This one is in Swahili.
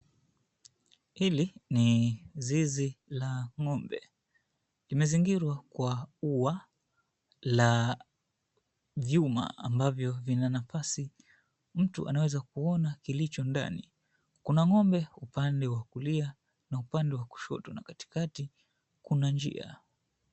Hili ni zizi la ng'ombe. Limezingirwa kwa ua la vyuma ambavyo vina nafasi. Mtu anaweza kuona kilicho ndani. Kuna ng'ombe upande wa kulia na upande wa kushoto na katikati kuna njia.